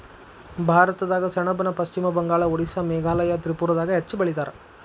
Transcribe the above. ಭಾರತದಾಗ ಸೆಣಬನ ಪಶ್ಚಿಮ ಬಂಗಾಳ, ಓಡಿಸ್ಸಾ ಮೇಘಾಲಯ ತ್ರಿಪುರಾದಾಗ ಹೆಚ್ಚ ಬೆಳಿತಾರ